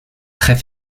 très